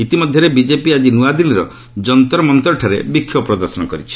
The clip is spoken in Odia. ଇତିମଧ୍ୟରେ ବିଜେପି ଆଜି ନୂଆଦିଲ୍ଲୀର ଯନ୍ତରମନ୍ତରଠାରେ ବିକ୍ଷୋଭ ପ୍ରଦର୍ଶନ କରିଛି